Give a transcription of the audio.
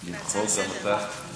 בסדר גמור.